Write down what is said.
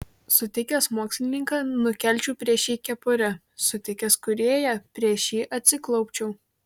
sutikęs mokslininką nukelčiau prieš jį kepurę sutikęs kūrėją prieš jį atsiklaupčiau